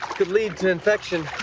could lead to infection,